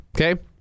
Okay